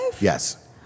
Yes